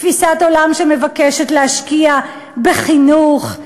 תפיסת עולם שמבקשת להשקיע בחינוך,